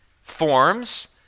forms